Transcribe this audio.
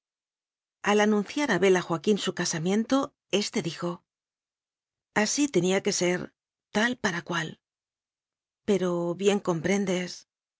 al anunciar abel a joaquín su casamiento éste dijo así tenía que ser tal para cual pero bien comprendes